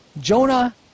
Jonah